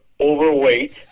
overweight